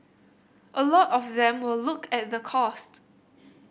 a lot of them will look at the cost